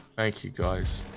thank you guys.